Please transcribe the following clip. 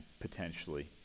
potentially